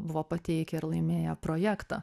buvo pateikę ir laimėjo projektą